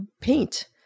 paint